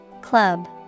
Club